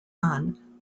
son